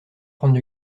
prendre